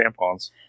tampons